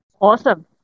Awesome